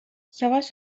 savaş